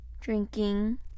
drinking